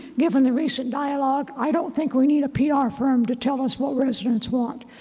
given the recent dialogue i don't think we need a pr firm to tell us what residents want.